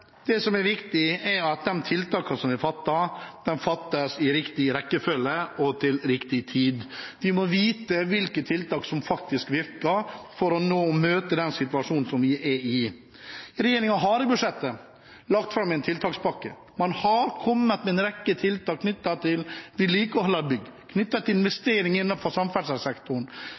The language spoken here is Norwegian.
Det som er viktig, er at de tiltakene som blir satt inn, settes inn i riktig rekkefølge og til riktig tid. Vi må vite hvilke tiltak som faktisk virker, for å møte den situasjonen som vi er i. Regjeringen har i budsjettet lagt fram en tiltakspakke. Man har kommet med en rekke tiltak knyttet til vedlikehold av bygg, knyttet til investeringer innenfor samferdselssektoren